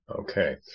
Okay